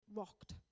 rocked